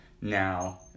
now